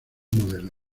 modelos